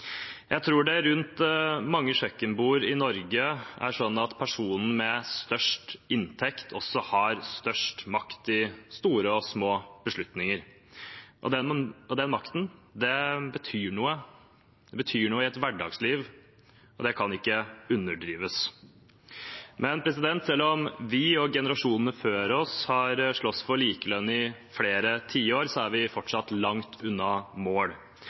Jeg tror det rundt mange kjøkkenbord i Norge er sånn at personen med størst inntekt også har størst makt i store og små beslutninger. Den makten betyr noe i et hverdagsliv, og det kan ikke underdrives. Men selv om vi og generasjonene før oss har slåss for likelønn i flere tiår, er vi fortsatt langt unna mål.